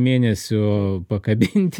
mėnesio pakabinti